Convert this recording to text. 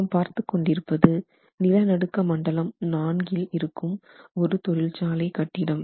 நாம் பார்த்துக் கொண்டிருப்பது நில நடுக்க மண்டலம் IV நான்கில் இருக்கும் ஒரு தொழிற்சாலை கட்டிடம்